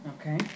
Okay